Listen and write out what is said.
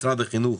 משרד החינוך,